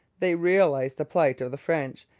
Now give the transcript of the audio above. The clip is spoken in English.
they realized the plight of the french,